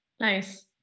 Nice